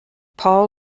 paul